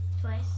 Twice